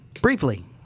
briefly